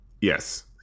Yes